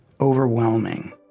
overwhelming